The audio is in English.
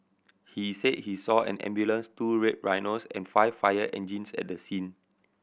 he said he saw an ambulance two Red Rhinos and five fire engines at the scene